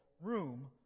room